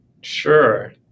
Sure